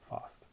fast